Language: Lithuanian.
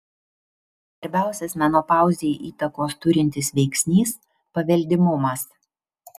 svarbiausias menopauzei įtakos turintis veiksnys paveldimumas